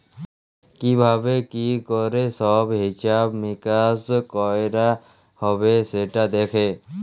কি ভাবে কি ক্যরে সব হিছাব মিকাশ কয়রা হ্যবে সেটা দ্যাখে